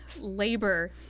labor